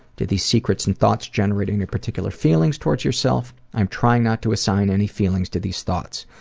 did these secrets and thoughts generate any particular feelings toward yourself? i am trying not to assign any feelings to these thoughts.